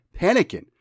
Panicking